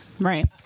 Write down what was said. Right